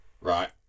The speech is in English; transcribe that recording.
right